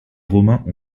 romains